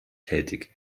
tätig